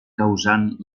causant